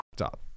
up